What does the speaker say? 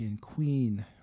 Queen